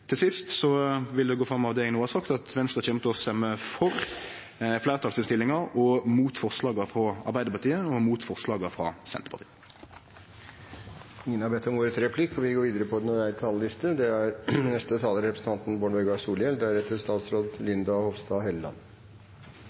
sist vil det gå fram av det eg no har sagt, at Venstre kjem til å stemme for fleirtalsinnstillinga og imot forslaga frå Arbeidarpartiet og forslaga frå Senterpartiet. Lat meg takke leiaren i komiteen, ordføraren for saka og alle andre som har delteke i samtalar, for arbeidet. Det er